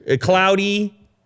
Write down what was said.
Cloudy